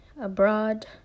abroad